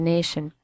Nation